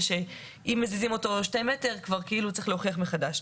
שאם מזיזים אותו שני מטרים כבר כאילו צריך להוכיח מחדש.